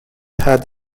had